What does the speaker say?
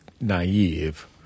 naive